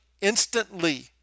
instantly